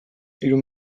hiru